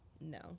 no